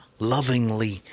Lovingly